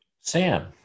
Sam